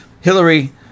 Hillary